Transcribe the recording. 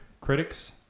Critics